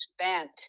spent